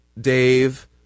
Dave